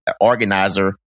organizer